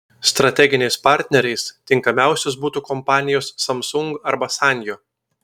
strateginiais partneriais tinkamiausios būtų kompanijos samsung arba sanyo